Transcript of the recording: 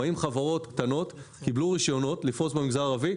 40 חברות קטנות קיבלו רישיונות לפרוס במגזר הערבי.